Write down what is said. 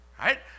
right